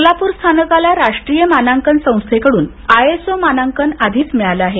सोलापूर स्थानकास राष्ट्रीय मानांकन मंडळाकडून संस्थेकडून आयएसओ मानांकन आधीच मिळालं आहे